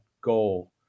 goal